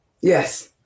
Yes